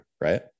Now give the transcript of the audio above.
right